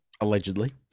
Allegedly